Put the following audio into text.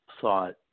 thought